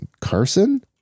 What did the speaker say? carson